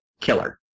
killer